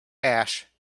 ash